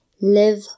Live